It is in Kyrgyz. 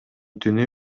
түнү